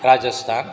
Rajasthan